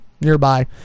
nearby